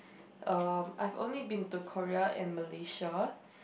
uh I have only been to Korea and Malaysia